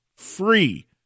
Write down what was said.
free